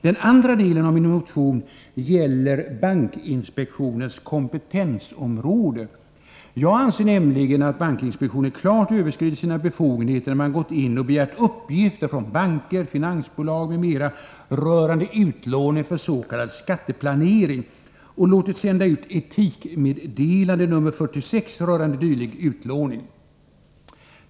Den andra delen av min motion gäller bankinspektionens kompetensområde. Jag anser nämligen att bankinspektionen klart överskridit sina befogenheter när man gått in och begärt uppgifter från banker, finansbolag m.fl. rörande utlåning för s.k. skatteplanering och låtit sända ut ett etikmeddelande, nr 46, rörande dylik utlåning.